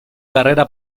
carrera